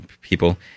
people